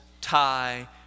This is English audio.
tie